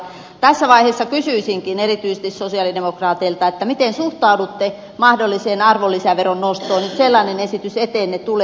tässä vaiheessa kysyisinkin erityisesti sosialidemokraateilta miten suhtaudutte mahdolliseen arvonlisäveron nostoon jos sellainen esitys eteenne tulee